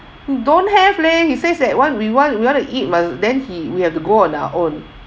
don't have leh he says that [one] we want we want to eat must then he we have to go on our own